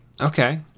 okay